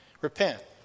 Repent